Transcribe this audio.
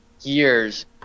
years